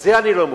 זה אני לא מוכן.